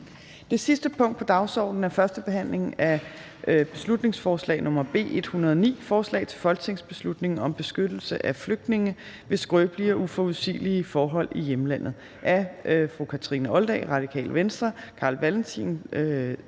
Det sidste punkt på dagsordenen er: 3) 1. behandling af beslutningsforslag nr. B 109: Forslag til folketingsbeslutning om beskyttelse af flygtninge ved skrøbelige og uforudsigelige forhold i hjemlandet. Af Kathrine Olldag (RV), Carl Valentin